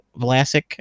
Vlasic